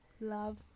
Love